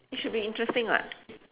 it should be interesting [what]